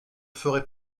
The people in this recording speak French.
ferait